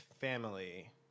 family